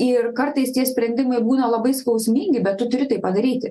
ir kartais tie sprendimai būna labai skausmingi bet tu turi tai padaryti